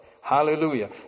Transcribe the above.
Hallelujah